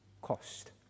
cost